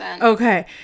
Okay